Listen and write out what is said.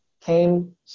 came